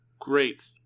Great